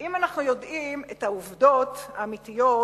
אם אנחנו יודעים את העובדות האמיתיות,